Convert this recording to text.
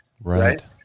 right